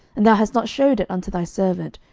and thou hast not shewed it unto thy servant,